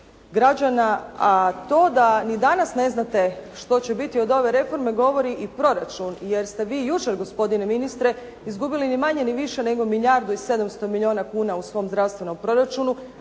građana. A to da ni danas neznate što će biti od ove reforme govori i proračun, jer ste vi jučer gospodine ministre izgubili ni manje ni više nego milijardu i 700 milijuna kuna u svom zdravstvenom proračunu.